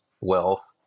wealth